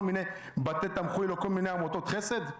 מיני בתי תמחוי ולכל מיני עמותות חסד?